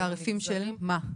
תעריפים של מה?